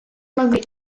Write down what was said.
negeri